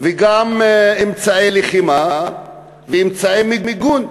וגם אמצעי לחימה ואמצעי מיגון.